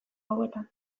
hauetan